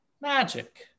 magic